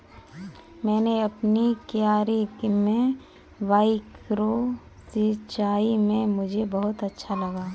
मैंने अपनी क्यारी में माइक्रो सिंचाई की मुझे बहुत अच्छा लगा